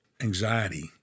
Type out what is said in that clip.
anxiety